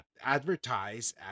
advertise